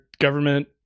government